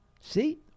See